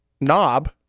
knob